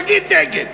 תגיד נגד.